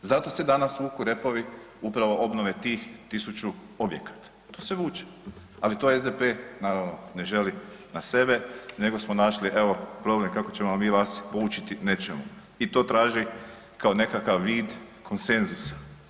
Zato se danas vuku repovi upravo obnove tih 1000 objekata, to se vuče, ali to SDP naravno ne želi na sebe nego smo našli evo problem kako ćemo mi vas poučiti nečemu i to traži kao nekakav vid konsenzusa.